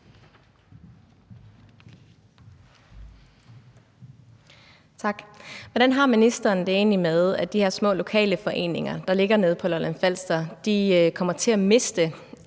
Tak. Hvordan har ministeren det egentlig med, at de her små lokale foreninger, der ligger nede på Lolland-Falster, givetvis kommer til at miste